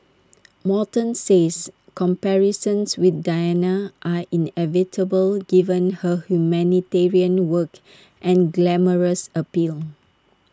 Morton says comparisons with Diana are inevitable given her humanitarian work and glamorous appeal